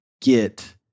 get